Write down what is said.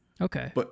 Okay